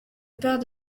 père